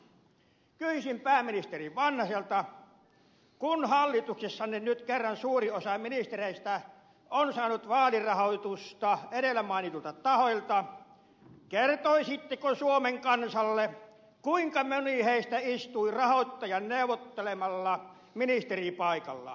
kysyisin pääministeri vanhaselta kun hallituksessanne nyt kerran suuri osa ministereistä on saanut vaalirahoitusta edellä mainituilta tahoilta kertoisitteko suomen kansalle kuinka moni heistä istuu rahoittajan neuvottelemalla ministerin paikalla